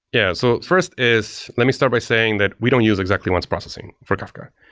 yeah. so first is let me start by saying that we don't use exactly-once processing for kafka.